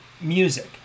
music